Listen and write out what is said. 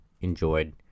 enjoyed